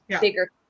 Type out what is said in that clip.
bigger